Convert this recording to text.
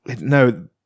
No